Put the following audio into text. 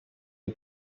iya